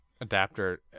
adapter